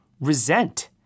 resent